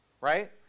right